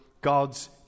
God's